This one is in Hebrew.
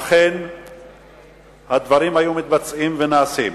אכן הדברים היו מתבצעים ונעשים.